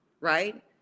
Right